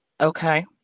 Okay